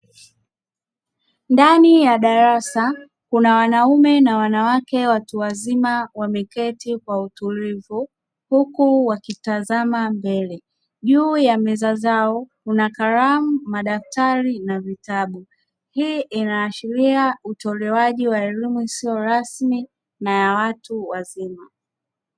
Ndani ya darasa kuna wanaume na wanawake watu wazima wamekaa kwa utulivu huku wakitazama mbele. Juu ya meza zao kuna kalamu, madaftari na vitabu. Hii inaashiria utoaji wa elimu si rasmi na ya watu wazima.